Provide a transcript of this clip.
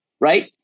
right